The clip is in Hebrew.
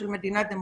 של מדינה דמוקרטית?